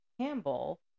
Campbell